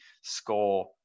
score